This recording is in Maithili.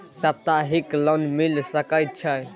सप्ताहिक लोन मिल सके छै?